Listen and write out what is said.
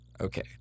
Okay